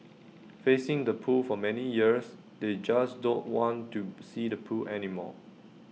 facing the pool for many years they just don't want to see the pool anymore